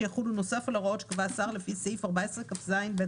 שיחולו נוסף על ההוראות שקבע השר לפי סעיף 14כז(ב)(1).